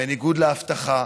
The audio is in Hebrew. בניגוד להבטחה,